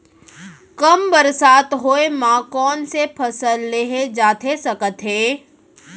कम बरसात होए मा कौन से फसल लेहे जाथे सकत हे?